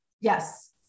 Yes